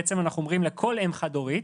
בעצם אנחנו אומרים לכל אם חד-הורית,